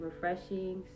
refreshing